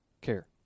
care